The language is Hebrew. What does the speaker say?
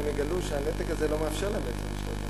הם יגלו שהנתק הזה לא מאפשר להם לשלוט במציאות.